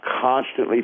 constantly